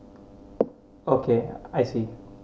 okay I see